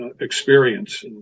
experience